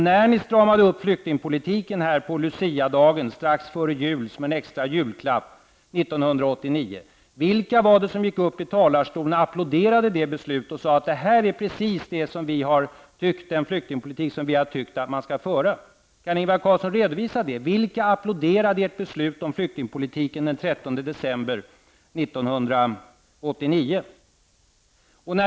När ni stramade upp flyktingpolitiken på luciadagen, som en extra julklapp strax före jul 1989, vilka var det som gick upp i talarstolen, applåderade beslutet och sade: Detta är precis den flyktingpolitik som vi har tyckt att man skall föra? Kan Ingvar Carlsson redovisa vilka som applåderade ert beslut om flyktingpolitiken den 13 december 1989?